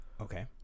okay